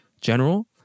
general